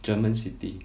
german city